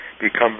become